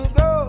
go